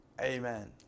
Amen